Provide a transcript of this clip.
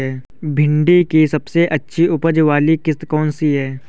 भिंडी की सबसे अच्छी उपज वाली किश्त कौन सी है?